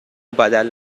بدل